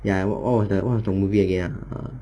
ya what was the what was the movie again ah err